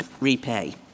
repay